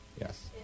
Yes